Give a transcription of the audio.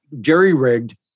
jerry-rigged